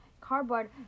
cardboard